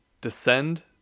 descend